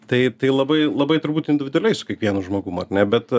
taip tai labai labai turbūt individualiai su kiekvienu žmogum ar ne bet